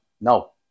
no